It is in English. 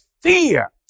fear